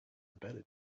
embedded